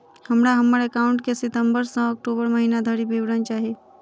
हमरा हम्मर एकाउंट केँ सितम्बर सँ अक्टूबर महीना धरि विवरण चाहि?